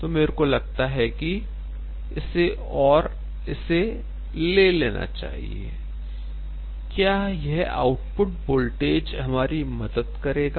तो मेरे को लगता है कि इसे और इसे ले लेना चाहिए I क्या यह आउटपुट वोल्टेज Vout हमारी मदद करेगा